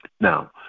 Now